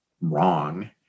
wrong